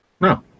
No